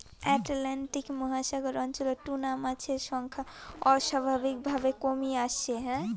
Atlantic মহাসাগর অঞ্চলত tuna মাছের সংখ্যা অস্বাভাবিকভাবে কমি আসছে